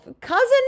cousin